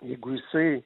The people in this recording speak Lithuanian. jeigu jisai